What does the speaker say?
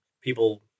People